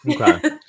Okay